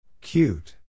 Cute